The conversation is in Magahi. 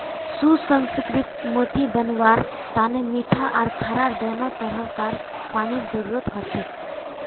सुसंस्कृत मोती बनव्वार तने मीठा आर खारा दोनों तरह कार पानीर जरुरत हछेक